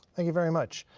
thank you very much.